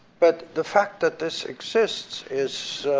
but the fact that this exists is